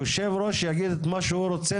היושב ראש יגיד מה שהוא רוצה,